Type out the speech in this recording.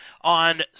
on